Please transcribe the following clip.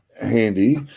handy